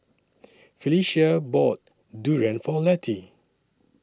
Phylicia bought Durian For Letty